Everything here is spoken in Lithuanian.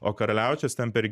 o karaliaučius ten per